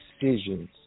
decisions